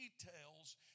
details